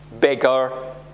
Bigger